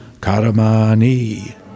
Karamani